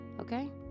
Okay